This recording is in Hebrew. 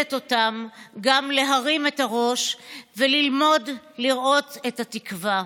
מלמדת אותם גם להרים את הראש וללמוד לראות את התקווה.